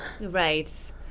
Right